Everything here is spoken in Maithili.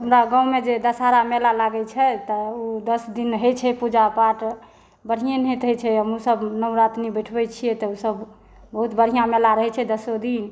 हमरा गाँवमे जे दशहरा मेला लागै छै तऽ ओ दश दिन होइ छै पूजा पाठ बढ़िआँ निहत होइ छै हमहुँसभ नवरात्रि बैठबै छियै तऽ सभ बहुत मेला रहै छै दशो दिन